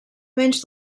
menys